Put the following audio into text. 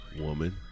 woman